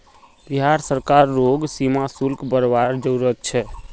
बिहार सरकार रोग सीमा शुल्क बरवार जरूरत छे